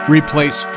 Replace